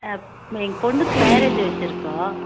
எங்கள் பொண்ணுக்கு மேரேஜ் வச்சிருக்கோம்